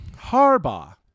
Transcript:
Harbaugh